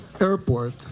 airport